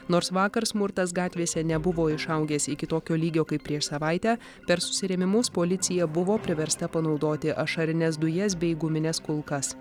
nors vakar smurtas gatvėse nebuvo išaugęs iki tokio lygio kaip prieš savaitę per susirėmimus policija buvo priversta panaudoti ašarines dujas bei gumines kulkas